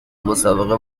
مسابقه